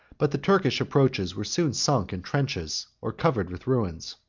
but the turkish approaches were soon sunk in trenches, or covered with ruins.